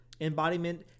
embodiment